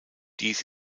dies